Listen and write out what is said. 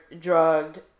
drugged